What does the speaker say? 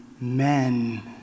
men